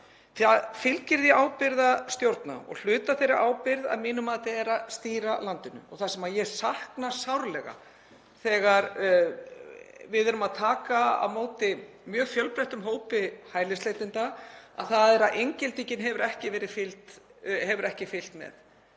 Það fylgir því ábyrgð að stjórna og hluti af þeirri ábyrgð er að stýra landinu. Það sem ég sakna sárlega, þegar við erum að taka á móti mjög fjölbreyttum hópi hælisleitenda, er að inngildingin hefur ekki fylgt með.